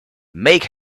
make